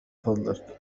فضلك